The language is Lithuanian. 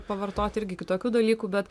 pavartot irgi kitokių dalykų bet